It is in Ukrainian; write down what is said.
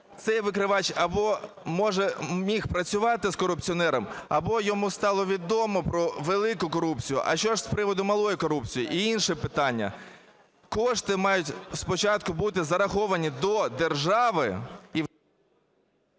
цей викривач або міг працювати з корупціонером, або йому стало відомо про велику корупцію. А що ж з приводу малої корупції? І інше питання. Кошти мають спочатку бути зараховані до держави